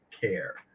care